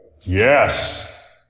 Yes